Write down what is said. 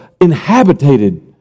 inhabited